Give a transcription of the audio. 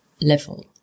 level